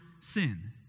sin